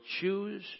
choose